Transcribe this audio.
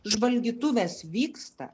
žvalgytuvės vyksta